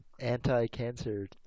Anti-cancer